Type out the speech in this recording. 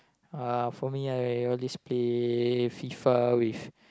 uh for me I always play FIFA with